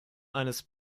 eines